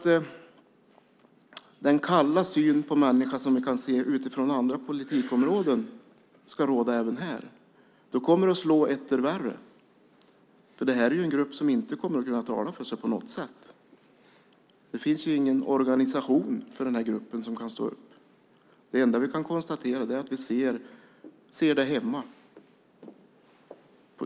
Om den kalla syn på människan som vi ser i andra politikområden ska råda även här kommer det att slå etter värre, för det här är en grupp som inte kommer att kunna tala för sig på något sätt. Det finns ingen organisation för gruppen som kan stå upp för den. Det enda vi kan konstatera är det vi ser där hemma.